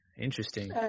interesting